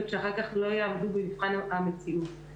שאחר כך לא יעמדו במבחן המציאות.